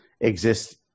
exist